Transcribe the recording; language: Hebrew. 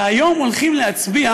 והיום הולכים להצביע